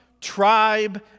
tribe